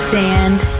sand